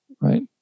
Right